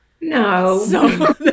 No